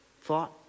thought